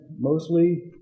mostly